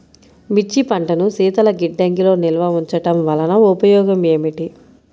మిర్చి పంటను శీతల గిడ్డంగిలో నిల్వ ఉంచటం వలన ఉపయోగం ఏమిటి?